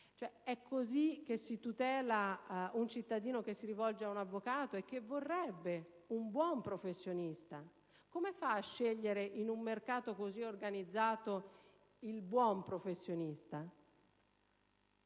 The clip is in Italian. È così che si tutela un cittadino che ri rivolge ad un avvocato e che vorrebbe avvalersi di un buon professionista? Come fa il cittadino a scegliere, in un mercato così organizzato, il buon professionista?